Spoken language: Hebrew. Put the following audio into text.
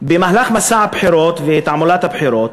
במהלך מסע הבחירות ותעמולת הבחירות,